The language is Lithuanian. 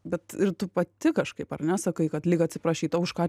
bet tu pati kažkaip ar ne sakai kad lyg atsiprašyta už ką